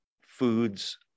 foods